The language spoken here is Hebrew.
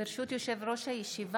ברשות יושב-ראש הישיבה,